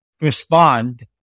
respond